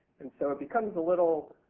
and so it becomes a little